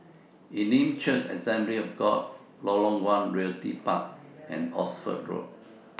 Elim Church Assembly of God Lorong one Realty Park and Oxford Road